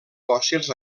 fòssils